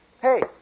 hey